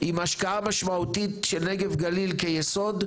עם השקעה משמעותית של נגב גליל כיסוד,